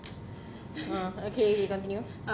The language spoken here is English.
ha okay you continue